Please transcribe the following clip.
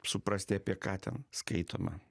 suprasti apie ką ten skaitoma